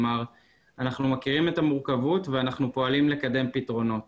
אנחנו מכירים את המורכבות ואנחנו פועלים לקדם פתרונות.